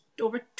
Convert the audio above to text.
over